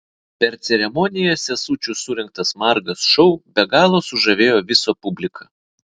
per ceremoniją sesučių surengtas margas šou be galo sužavėjo visą publiką